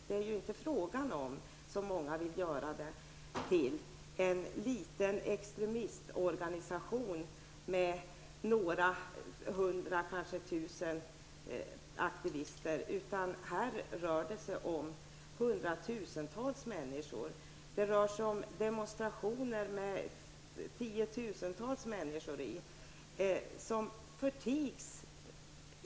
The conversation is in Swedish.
Det är inte fråga om -- som många vill görande gällande -- en liten extremistorganisation med några hundra kanske tusen aktivister, utan det rör sig om hundratusentals människor och demonstrationer med deltagande av tiotusentals människor.